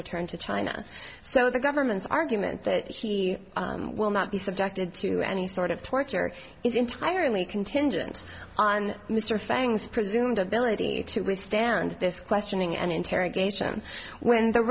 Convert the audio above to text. return to china so the government's argument that he will not be subjected to any sort of torture is entirely contingent on mr fang's presumed ability to withstand this questioning and interrogation when the